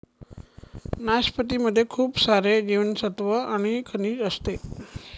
नाशपती मध्ये खूप सारे जीवनसत्त्व आणि खनिज असते